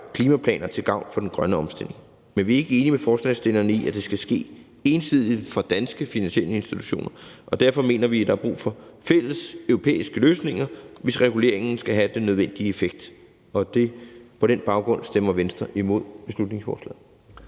klimaplaner til gavn for den grønne omstilling, men vi er ikke enige med forslagsstillerne i, at det skal ske ensidigt fra danske finansielle institutioners side, og derfor mener vi, at der er brug for fælles europæiske løsninger, hvis reguleringen skal have den nødvendige effekt. Og på den baggrund stemmer Venstre imod beslutningsforslaget.